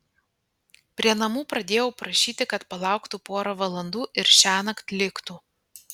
prie namų pradėjau prašyti kad palauktų porą valandų ir šiąnakt liktų